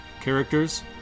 characters